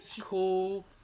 cool